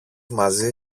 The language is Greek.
μαζί